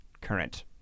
current